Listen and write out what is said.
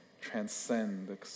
transcend